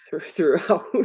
Throughout